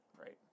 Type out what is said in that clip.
Right